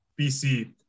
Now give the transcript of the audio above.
BC